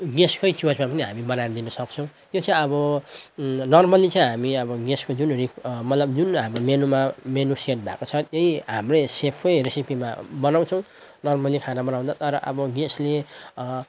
गेस्टकै च्वइसमा पनि हामी बनाएर दिन सक्छौँ त्यो चाहिँ अब नर्मली चाहिँ हामी अब गेस्टको जुन रिकु मतलब जुन हाम्रो मेनुमा मेनु सेट भएको छ त्यही हाम्रै सेफकै रेसिपीमा बनाउँछौँ नर्मली खाना बनाउँदा तर अब गेस्टले